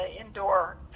indoor